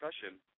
discussion